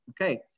Okay